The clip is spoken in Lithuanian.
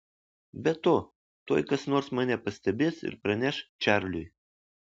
be to tuoj kas nors mane pastebės ir praneš čarliui